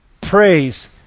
Praise